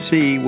See